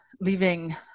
leaving